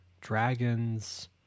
dragons